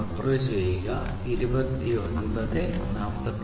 IEEE 802